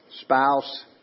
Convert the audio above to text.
spouse